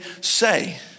say